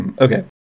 Okay